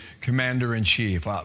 Commander-in-Chief